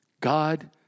God